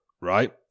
right